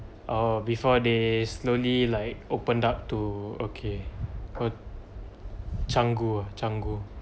oh before they slowly like opened up to okay oh canggu ah canggu